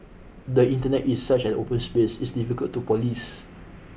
the Internet is such an open space it's difficult to police